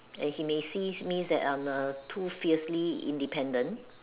and he may sees me as a too fiercely independent